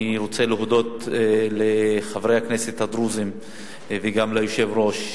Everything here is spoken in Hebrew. אני רוצה להודות לחברי הכנסת הדרוזים וגם ליושב-ראש,